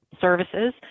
services